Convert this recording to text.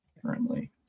currently